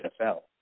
NFL